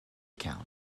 account